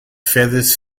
feathers